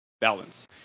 balance